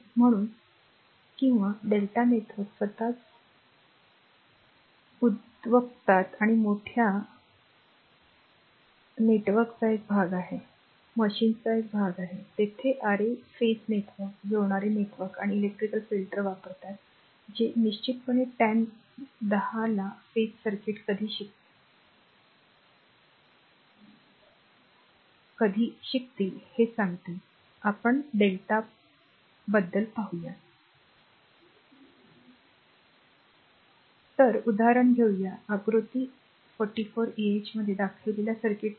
म्हणून किंवा Δ नेटवर्क स्वतःच उद्भवतात किंवा मोठ्या नेटवर्कचा एक भाग आहे तेथे r a फेज नेटवर्क जुळणारे नेटवर्क आणि इलेक्ट्रिकल फिल्टर वापरतात जे निश्चितपणे 10 ला फेज सर्किट कधी शिकतील हे सांगतील आपण lrmΔ बद्दल पाहू तर उदाहरण घेऊया तर आकृती r 44 ah मध्ये दर्शविलेल्या सर्किटमध्ये